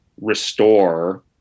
restore